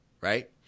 right